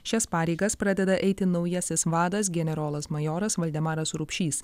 šias pareigas pradeda eiti naujasis vadas generolas majoras valdemaras rupšys